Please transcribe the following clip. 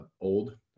old